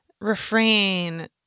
refrain